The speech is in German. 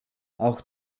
auch